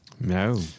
No